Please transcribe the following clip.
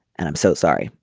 and i'm so sorry.